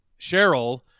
Cheryl